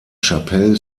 chapelle